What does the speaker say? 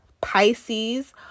Pisces